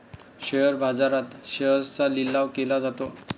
share बाजारात शेअर्सचा लिलाव केला जातो